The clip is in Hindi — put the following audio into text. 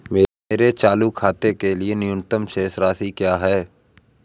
मेरे चालू खाते के लिए न्यूनतम शेष राशि क्या है?